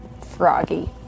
froggy